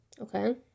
okay